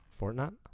Fortnite